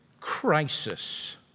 crisis